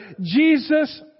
Jesus